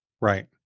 right